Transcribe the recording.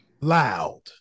loud